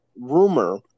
rumor